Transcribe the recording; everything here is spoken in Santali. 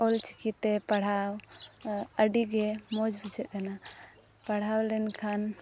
ᱚᱞᱪᱤᱠᱤᱛᱮ ᱯᱟᱲᱦᱟᱣ ᱟᱹᱰᱤ ᱜᱮ ᱢᱚᱡᱽ ᱵᱩᱡᱷᱟᱹᱜ ᱠᱟᱱᱟ ᱯᱟᱲᱦᱟᱣ ᱞᱮᱱᱠᱷᱟᱱ